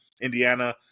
Indiana